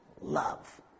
Love